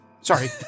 Sorry